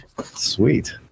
Sweet